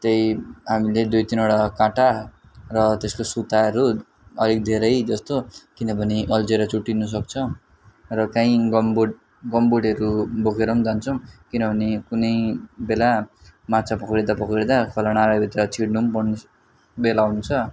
त्यही हामीले दुई तिनवटा काँटा र त्यसको सुताहरू अलिक धेरै जस्तो किनभने अल्झेर चुँडिनसक्छ र काहीँ गमबुट गमबुटहरू बोकेर पनि जान्छौँ किनभने कुनै बेला माछा पक्रिँदा पक्रिँदा खोलानाला भित्र छिर्नु पनि पर्ने बेला हुन्छ